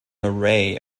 array